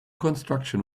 construction